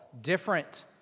different